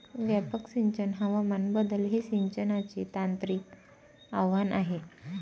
व्यापक सिंचन हवामान बदल हे सिंचनाचे तांत्रिक आव्हान आहे